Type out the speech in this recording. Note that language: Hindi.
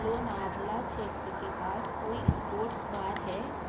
लोनावला क्षेत्र के पास कोई इस्पोर्ट्स बार है